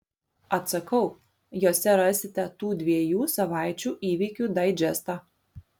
atsakau jose rasite tų dviejų savaičių įvykių daidžestą